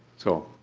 so